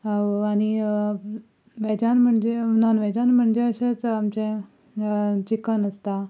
आनी व्हॅजान म्हणजे नॉन व्हॅजान म्हणजे अशेंच आमचें चिकन आसता